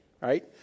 right